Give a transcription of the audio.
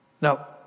Now